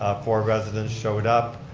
ah four residents showed up.